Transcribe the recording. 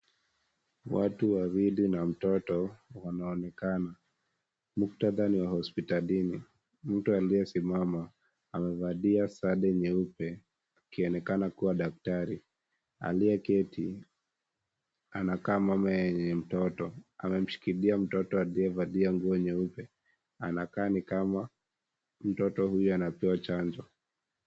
Watu wawili na mtoto, wameonekana. Muktadha ni wa hospitalini. Mtu aliyesimama, amevalia sare nyeupe, akionekana kuwa daktari, aliyeketi, anakaa mama yenye mtoto. Amemshikilia mtoto aliyevalia nguo nyeupe, anakaa ni kama mtoto huyu anapewa chanjo.